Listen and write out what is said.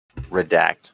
Redact